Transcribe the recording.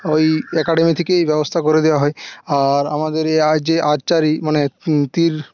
ওই অ্যাকাডেমি থেকেই ব্যবস্থা করে দেওয়া হয় আর আমাদের এই আর যে আর্চারি মানে তীর